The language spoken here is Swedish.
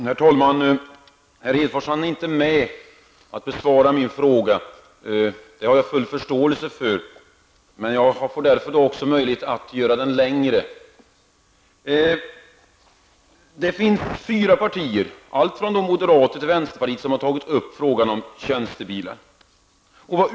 Herr talman! Herr Hedfors hann inte med att besvara min fråga. Det har jag full förståelse för, och då får jag möjlighet att utvidga den. Det finns fyra partier, alltifrån moderata samlingspartiet till vänsterpartiet, som har tagit upp frågan om tjänstebilar.